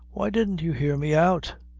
why didn't you hear me out?